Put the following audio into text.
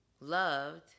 loved